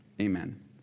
amen